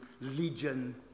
Legion